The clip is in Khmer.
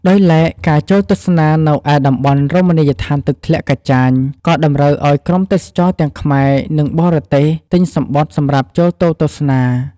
ដោយឡែកការចូលទស្សនានៅឯតំបន់រមណីយដ្ឋានទឹកធ្លាក់កាចាញក៏តម្រូវឲ្យក្រុមទេសចរទាំងខ្មែរ និងបរទេសទិញសំបុត្រសម្រាប់ចូលទៅទស្សនា។